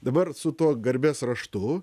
dabar su tuo garbės raštu